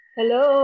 Hello